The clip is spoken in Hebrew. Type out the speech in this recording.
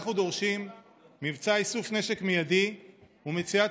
אנחנו דורשים מבצע איסוף נשק מיידי ומציאת